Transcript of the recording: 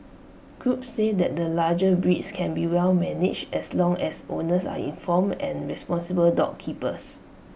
groups say that the larger breeds can be well managed as long as owners are informed and responsible dog keepers